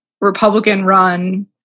Republican-run